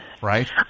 Right